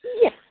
Yes